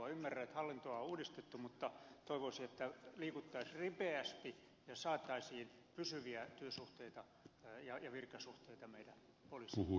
ymmärrän että hallintoa on uudistettu mutta toivoisin että liikuttaisiin ripeästi ja saataisiin pysyviä työsuhteita ja virkasuhteita meidän poliisille